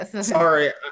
Sorry